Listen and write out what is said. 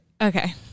okay